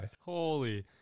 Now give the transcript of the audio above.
Holy